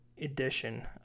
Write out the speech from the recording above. edition